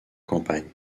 campagne